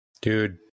dude